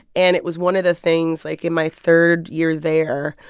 and it was one of the things like, in my third year there,